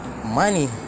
Money